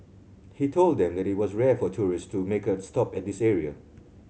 he told them that it was rare for tourist to make a stop at this area